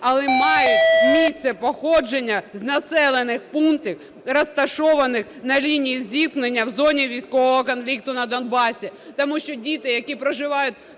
але мають місце походження з населених пунктів, розташованих на лінії зіткнення в зоні військового конфлікту на Донбасі. Тому що діти, які проживають